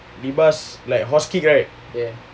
bebas like horse kick right